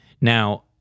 Now